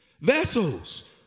Vessels